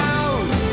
out